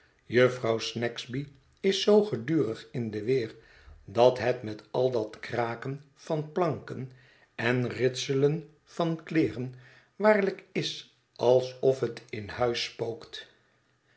jufvrouw snagsby is zoo gedurig in de weer dat het met al dat kraken van planken en ritselen van kleeren waarlijk is alsof het in huis spookt